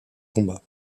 combat